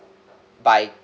by